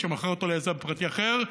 וזה מוכר אותה ליזם פרטי אחר.